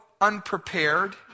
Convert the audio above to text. unprepared